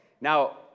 Now